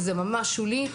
אבל זה ממש שולי.